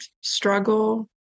struggle